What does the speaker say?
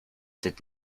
did